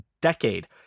decade